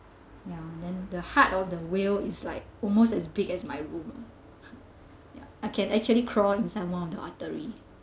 ya then the heart of the whale is like almost as big as my room ya I can actually crawl inside one of the artery